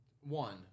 One